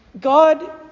God